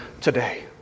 today